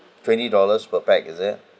twenty dollars per pax is it